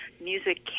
music